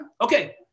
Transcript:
Okay